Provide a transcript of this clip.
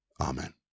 Amen